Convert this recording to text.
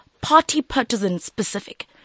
party-partisan-specific